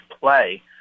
play